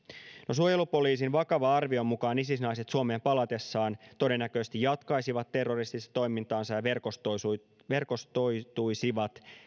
suojelupoliisin vakavan arvion mukaan isis naiset suomeen palatessaan todennäköisesti jatkaisivat terroristista toimintaansa ja verkostoituisivat verkostoituisivat